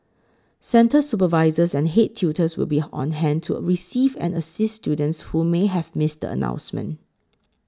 centre supervisors and head tutors will be on hand to a receive and assist students who may have missed announcement